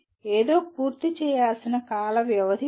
ఏదో పూర్తి చేయాల్సిన కాల వ్యవధి ఉంది